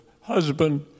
Husband